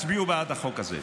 תצביעו בעד החוק הזה.